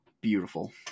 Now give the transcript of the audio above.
beautiful